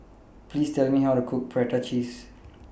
Please Tell Me How to Cook Prata Cheese